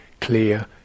clear